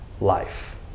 life